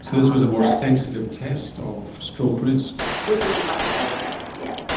this was a more sensitive test of stroke risk? this is a much better test yes.